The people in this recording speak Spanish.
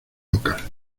local